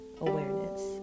awareness